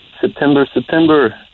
September-September